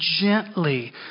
gently